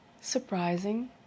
surprising